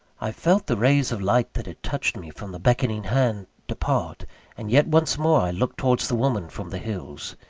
i felt the rays of light that had touched me from the beckoning hand, depart and yet once more i looked towards the woman from the hills.